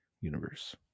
universe